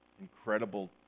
incredible